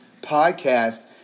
Podcast